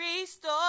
ReStore